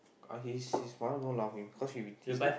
uh his his mother don't allow him cause he with he's